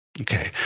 Okay